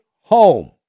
home